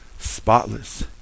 spotless